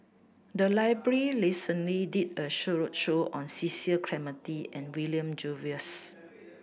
the library recently did a show show on Cecil Clementi and William Jervois